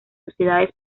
sociedades